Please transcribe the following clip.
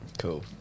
Cool